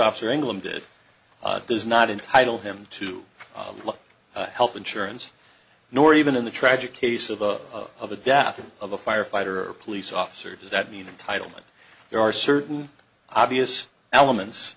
officer england did does not entitle him to look at health insurance nor even in the tragic case of a of the deaths of a firefighter or police officer does that mean entitlement there are certain obvious elements